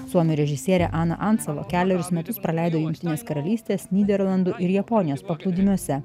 suomių režisierė ana ancova kelerius metus praleido jungtinės karalystės nyderlandų ir japonijos paplūdimiuose